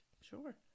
sure